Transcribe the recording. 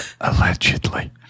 allegedly